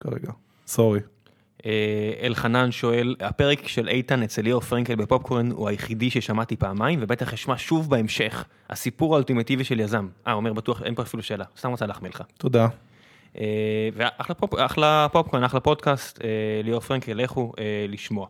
סורי אלחנן שואל הפרק של איתן אצל ליאור פרנקל בפופקורן הוא היחידי ששמעתי פעמיים ובטח ישמע שוב בהמשך הסיפור האולטימטיבי של יזם אומר בטוח שאין פה אפילו שאלה, סתם רוצה להחמיא לך תודה. אחלה פופקורן אחלה פודקאסט ליאור פרנקל איך הוא לשמוע.